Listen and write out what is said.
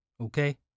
Okay